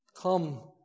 Come